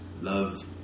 love